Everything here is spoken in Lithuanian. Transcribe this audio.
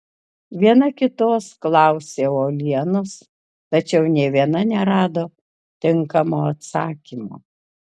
viena kitos klausė uolienos tačiau nė viena nerado tinkamo atsakymo